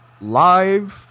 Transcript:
Live